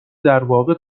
درواقع